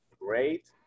great